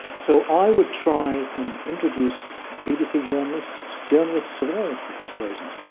so i would try and introduce bbc journalists, journalists of all persuasions,